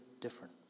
different